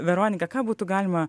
veronika ką būtų galima